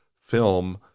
film